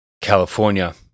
California